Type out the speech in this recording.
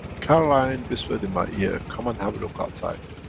caroline whispered in my ear, come and have a look outside.